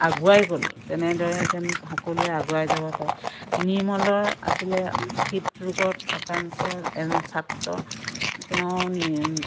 আগুৱাই গ'ল তেনেদৰে যেন সকলোৱে আগুৱাই যাব পাৰে নিৰ্মলৰ আছিলে হৃদৰোগত আক্ৰান্ত এজন ছাত্ৰ তেওঁ